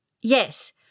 Yes